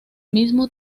mismo